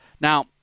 Now